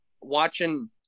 Watching